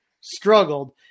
struggled